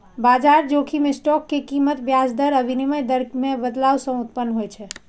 बाजार जोखिम स्टॉक के कीमत, ब्याज दर आ विनिमय दर मे बदलाव सं उत्पन्न होइ छै